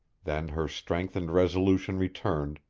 then her strength and resolution returned,